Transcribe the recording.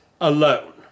alone